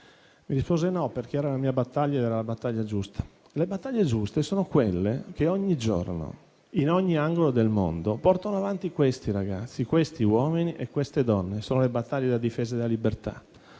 mi rispose di no, perché era la sua battaglia ed era la battaglia giusta. Le battaglie giuste sono quelle che ogni giorno, in ogni angolo del mondo questi ragazzi, questi uomini e queste donne portano avanti: sono le battaglie per la difesa della libertà,